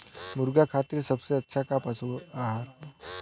मुर्गा खातिर सबसे अच्छा का पशु आहार बा?